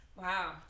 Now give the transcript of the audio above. Wow